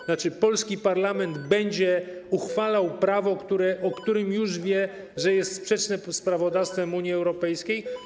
To znaczy, że polski parlament będzie uchwalał prawo, o którym już wie, że jest sprzeczne z prawodawstwem Unii Europejskiej?